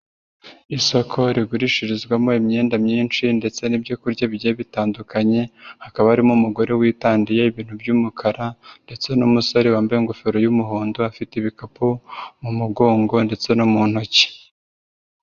Isoko rigurishirizwamo imyenda myinshi ndetse n'ibyo kurya bigiye bitandukanye, hakaba harimo umugore witandiye ibintu by'umukara ndetse n'umusore wambaye ingofero y'umuhondo, afite ibikapu mu mugongo ndetse no mu ntoki.